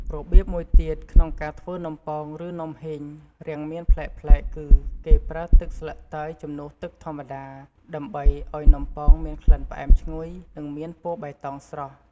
របៀបមួយទៀតក្នុងការធ្វើនំប៉ោង ឬ នំហុីងរាងមានប្លែកៗគឺ គេប្រើទឹកស្លឹកតើយជំនួសទឹកធម្មតា ដើម្បីឱ្យនំប៉ោងមានក្លិនផ្អែមឈ្ងុយ និងមានពណ៌បៃតងស្រស់។